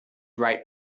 right